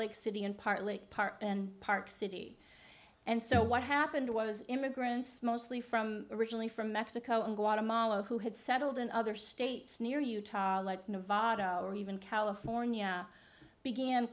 lake city and partly part and park city and so what happened was immigrants mostly from originally from mexico and guatemala who had settled in other states near utah nevada or even california began